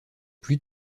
plus